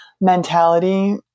mentality